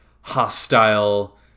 hostile